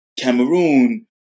Cameroon